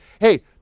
hey